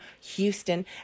Houston